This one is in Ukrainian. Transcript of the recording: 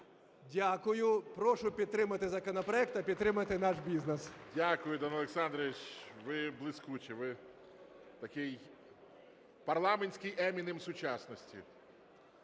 Дякую. Прошу підтримати законопроект та підтримати наш бізнес. ГОЛОВУЮЧИЙ. Дякую, Данило Олександрович. Ви блискучі. Ви такий парламентський Емінем сучасності.